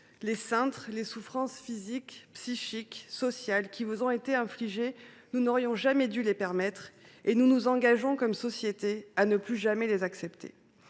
les cintres, les souffrances physiques, psychiques, sociales, économiques qui vous ont été infligées, nous n’aurions jamais dû les permettre et nous nous engageons, comme société, à ne plus jamais les accepter.